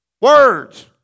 Words